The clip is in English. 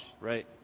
Right